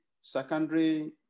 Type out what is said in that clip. secondary